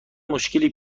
مشکلی